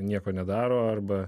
nieko nedaro arba